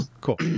cool